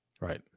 Right